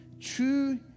true